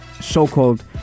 so-called